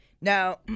Now